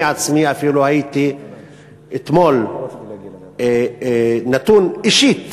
אני עצמי אפילו הייתי אתמול נתון אישית